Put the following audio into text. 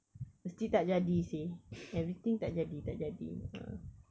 mesti tak jadi seh everything tak jadi tak jadi !huh!